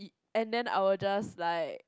and then I will just like